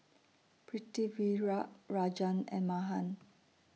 Pritiviraj Rajan and Mahan